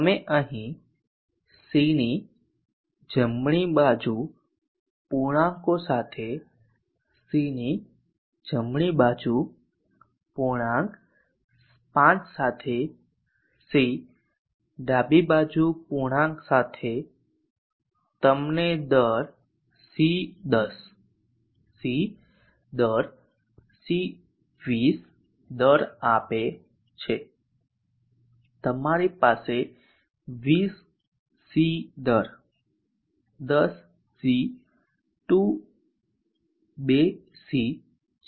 તમે અહીં C ની જમણી બાજુ પૂર્ણાંકો સાથે C ની જમણી બાજુ પૂર્ણાંક 5 સાથે C ડાબી બાજુ પૂર્ણાંક સાથે તમને દર C10 C દર C20 દર આપે છે તમારી પાસે 20 C દર 10 C 2 C છે